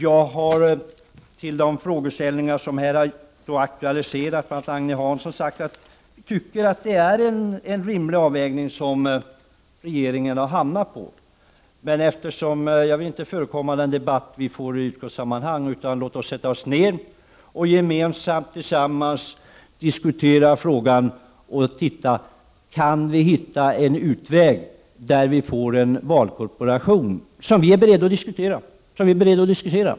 Den hör till de frågeställningar som har auktualiserats för att Agne Hansson har sagt att han tycker att regeringen har gjort en rimlig avvägning. Jag vill inte förekomma den debatt vi kan få i utskottet. Låt oss sätta oss ned och tillsammans diskutera frågan. Vi kan kanske hitta en utväg där vi får en valkorporation, vilken vi är beredda att diskutera.